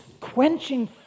quenching